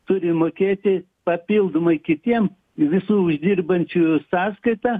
turi mokėti papildomai kitiems visų uždirbančiųjų sąskaita